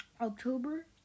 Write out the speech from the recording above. October